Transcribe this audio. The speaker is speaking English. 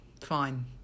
Fine